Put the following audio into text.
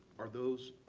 are those